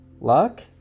Luck